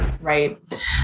Right